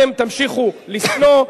אתם תמשיכו לשנוא,